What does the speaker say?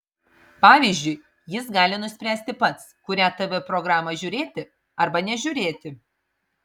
pavyzdžiui jis gali nuspręsti pats kurią tv programą žiūrėti arba nežiūrėti